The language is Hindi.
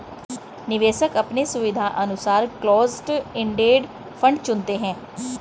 निवेशक अपने सुविधानुसार क्लोस्ड इंडेड फंड चुनते है